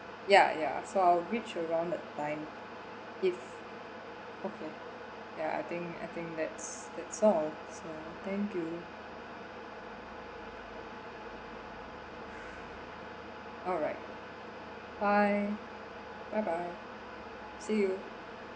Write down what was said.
ya ya so I'll reach around that time if okay ya I think I think that's that's all so thank you alright bye bye bye see you